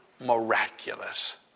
miraculous